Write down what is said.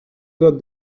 got